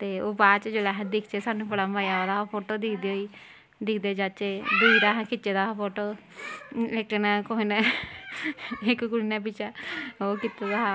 ते ओह् बाद च जिसलै अस दिखचै सानूं बड़ा मजा अवा दा हा फोटो दिखदे होई दिखदे जाचै जेह्ड़ा असें खिच्चे दा हे फोटो इक ने कुसै ने इक कुड़ी ने पिच्छें ओह् कीते दा हा